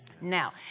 Now